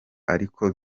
ariko